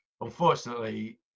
unfortunately